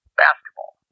basketball